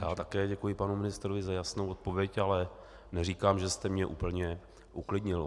Já také děkuji panu ministrovi za jasnou odpověď, ale neříkám, že jste mě úplně uklidnil.